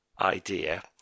idea